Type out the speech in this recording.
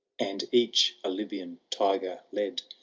and each a lybian tiger led.